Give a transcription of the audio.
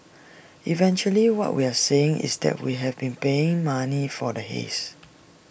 eventually what we are saying is that we have been paying money for the haze